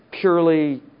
purely